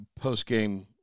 postgame